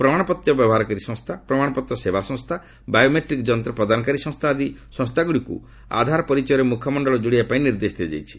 ପ୍ରମାଣପତ୍ର ବ୍ୟବହାରକାରୀ ସଂସ୍ଥା ପ୍ରମାଣପତ୍ର ସେବାସଂସ୍ଥା ଓ ବାୟୋମେଟ୍ରିକ୍ ଯନ୍ତ ପ୍ରଦାନକାରୀ ସଂସ୍ଥା ଆଦି ସଂସ୍ଥାଗୁଡ଼ିକୁ ଆଧାର ପରିଚୟରେ ମୁଖମଣ୍ଡଳ ଯୋଡ଼ିବା ପାଇଁ ନିର୍ଦ୍ଦେଶ ଦିଆଯାଇଛି